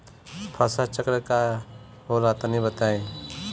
फसल चक्रण का होला तनि बताई?